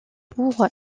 pour